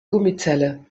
gummizelle